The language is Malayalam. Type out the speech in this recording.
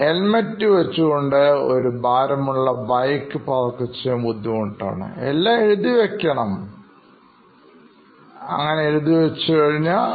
ഹെൽമറ്റ് വെച്ചുകൊണ്ട് ഒരു ഭാരമുള്ള ബൈക്ക് പാർക്ക് ചെയ്യാൻ ബുദ്ധിമുട്ടാണ് എല്ലാ പ്രശ്നങ്ങളും എഴുതി വച്ചിട്ടുണ്ട്